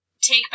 take